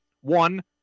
One